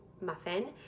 muffin